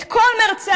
את כל מרצם,